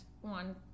one